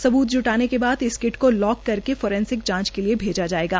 सबूत जुटाने के बाद इस कट को लाक करके फ र सक जांच के लए भेजा जायेगा